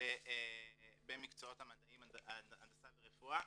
במקצועות המדעים הנדסה ורפואה